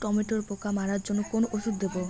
টমেটোর পোকা মারার জন্য কোন ওষুধ দেব?